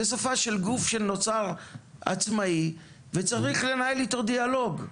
זה שפה של גוף שנוצר עצמאי וצריך לנהל איתו דיאלוג,